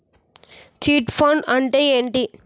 Chit fund అంటే ఏంటి?